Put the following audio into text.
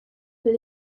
will